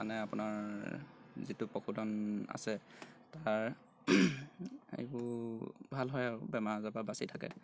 মানে আপোনাৰ যিটো পশুধন আছে তাৰ এইবোৰ ভাল হয় আৰু বেমাৰ আজাৰ পৰা বাচি থাকে